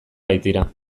baitira